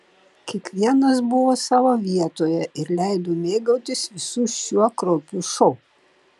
kiekvienas buvo savo vietoje ir leido mėgautis visu šiuo kraupiu šou